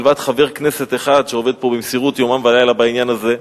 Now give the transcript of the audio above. מלבד חבר כנסת אחד שעובד פה במסירות יומם ולילה בעניין הזה,